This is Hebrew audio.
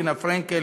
רינה פרנקל,